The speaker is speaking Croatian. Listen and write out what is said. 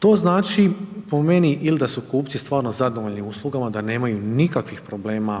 To znači po meni ili da su kupci stvarno zadovoljni uslugama, da nemaju nikakvih problema